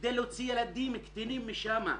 בכדי להוציא ילדים קטינים משם,